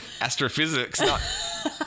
astrophysics